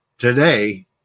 Today